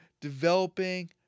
developing